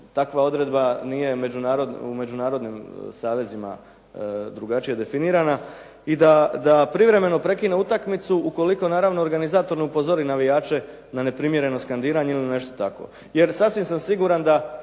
takva odredba nije u međunarodnim savezima drugačije definirana, i da privremeno prekine utakmicu ukoliko naravno organizator ne upozori navijače na neprimjereno skandiranje ili nešto takvo. Jer sasvim sam siguran da